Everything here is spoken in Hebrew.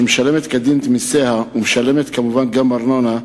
שמשלמת כדין את מסיה ומשלמת כמובן ארנונה,